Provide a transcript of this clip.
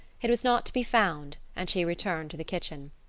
it was not to be found and she returned to the kitchen.